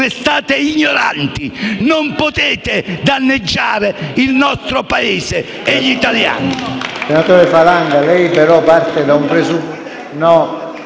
restate ignoranti, danneggiate il nostro Paese e gli italiani.